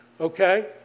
okay